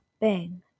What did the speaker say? bang